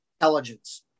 intelligence